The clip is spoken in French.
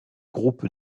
groupe